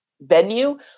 venue